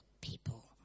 people